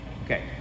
okay